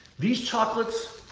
these chocolates,